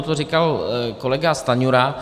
To říkal kolega Stanjura.